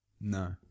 No